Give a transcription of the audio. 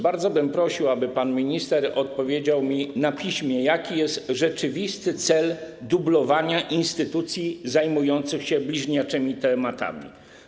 Bardzo bym prosił, aby pan minister odpowiedział mi na piśmie, jaki jest rzeczywisty cel dublowania instytucji zajmujących się bliźniaczymi tematami.